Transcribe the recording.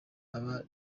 aba